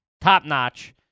top-notch